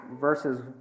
verses